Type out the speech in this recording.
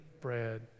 bread